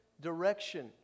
direction